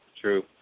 True